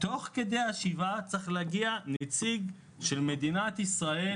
צריך כבר תוך כדי השבעה להגיע נציג של מדינת ישראל,